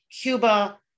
Cuba